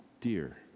dear